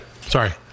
Sorry